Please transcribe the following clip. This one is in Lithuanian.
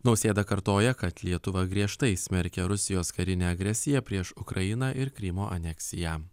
nausėda kartoja kad lietuva griežtai smerkia rusijos karinę agresiją prieš ukrainą ir krymo aneksiją